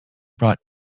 brought